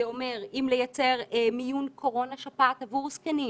זה אומר אם לייצר מיון קורונה שפעת עבור זקנים